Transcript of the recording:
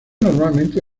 normalmente